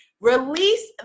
Release